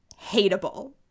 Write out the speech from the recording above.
hateable